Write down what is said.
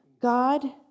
God